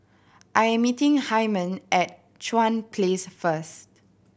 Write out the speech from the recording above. I am meeting Hyman at Chuan Place first